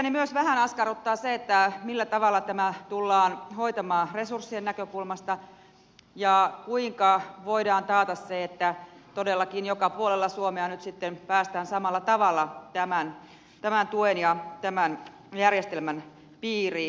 itseäni myös vähän askarruttaa se millä tavalla tämä tullaan hoitamaan resurssien näkökulmasta ja kuinka voidaan taata se että todellakin joka puolella suomea nyt sitten päästään samalla tavalla tämän tuen ja tämän järjestelmän piiriin